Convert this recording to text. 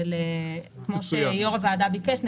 כפי שיושב-ראש הוועדה ביקש,